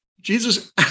Jesus